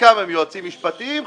חלקם הם יועצים משפטיים,